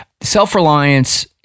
Self-reliance